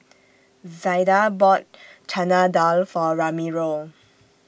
Zaida bought Chana Dal For Ramiro